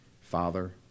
father